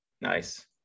Nice